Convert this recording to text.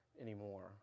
anymore